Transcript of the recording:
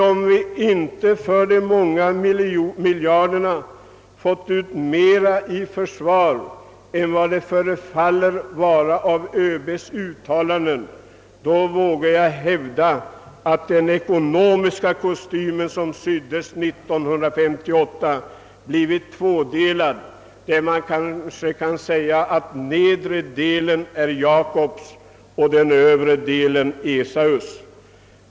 Om vi inte för de många miljarderna fått ut mera i försvarseffekt än det förefaller av ÖB:s uttalanden, då vågar jag hävda att den ekonomiska kostym som syddes 1958 blivit tvådelad: man kanske kan säga att den nedre delen är Jakobs och den övre delen Esaus.